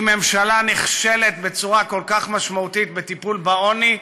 אם ממשלה נכשלת בצורה כל כך משמעותית בטיפול בעוני,